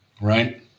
Right